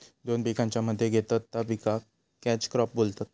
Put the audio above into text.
दोन पिकांच्या मध्ये घेतत त्या पिकाक कॅच क्रॉप बोलतत